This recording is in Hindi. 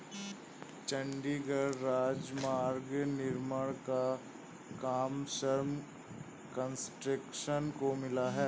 चंडीगढ़ राजमार्ग निर्माण का काम शर्मा कंस्ट्रक्शंस को मिला है